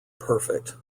perfect